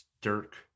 Dirk